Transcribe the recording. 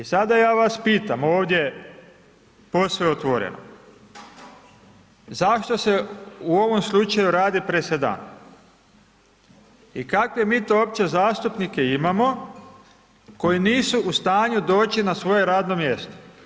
I sada ja vas pitam ovdje, posve otvoreno, zašto se u ovom slučaju radi presedan i kakve mi to uopće zastupnike imamo koji nisu u stanju doći na svoje radno mjesto?